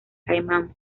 caimán